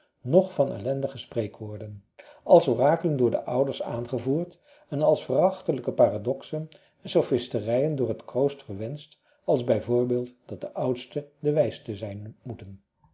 noch van ellendige spreekwoorden als orakelen door de ouders aangevoerd en als verachtelijke paradoxen en sophisterijen door het kroost verwenscht als b v dat de oudste de wijste zijn moeten